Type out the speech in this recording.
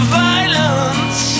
violence